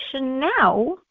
now